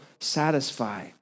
satisfy